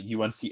UNC